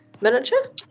miniature